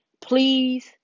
Please